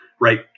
right